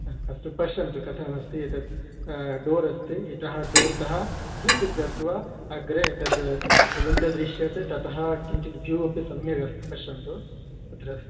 हा अस्तु पश्यन्तु कथमस्ति एतद् डोर् अस्ति इतः डोर्तः किञ्चित् गत्वा अग्रे तद् विण्डो दृश्यते ततः किञ्चित् भ्यू अपि सम्यगस्ति पश्यन्तु तत्र